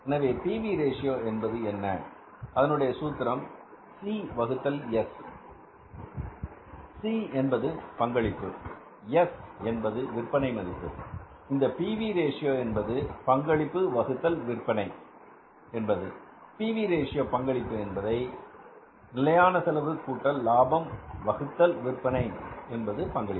எனவே P V ratio என்பது என்ன அதனுடைய சூத்திரம் சி வகுத்தல் எஸ் சி என்பது பங்களிப்பு எஸ் என்பது விற்பனை மதிப்பு இந்த பி வி ரேஷியோ என்பது பங்களிப்பு வகுத்தல் விற்பனை என்பது பி வி ரேஷியோ பங்களிப்பு என்பது நிலையான செலவு கூட்டல் லாபம் வகுத்தல் விற்பனை என்பது பங்களிப்பு